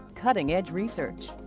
cutting-edge research.